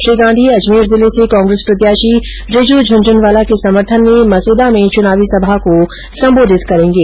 श्री गांधी अजमेर जिले से कांग्रेस प्रत्याशी रिजु झनझनवाला के समर्थन में मसूदा में चूनावी सभा को संबोधित करेंगे